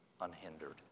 unhindered